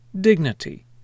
dignity